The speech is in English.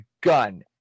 gun